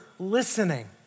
listening